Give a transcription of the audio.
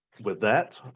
with that,